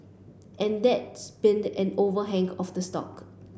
and that's been an overhang on the stock